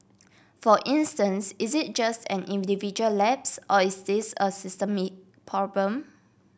for instance is it just an individual lapse or is this a systemic problem